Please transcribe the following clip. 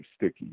sticky